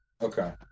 Okay